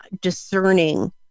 discerning